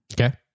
Okay